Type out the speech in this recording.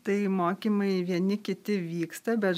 tai mokymai vieni kiti vyksta bet